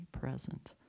present